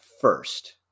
first